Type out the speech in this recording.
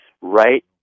right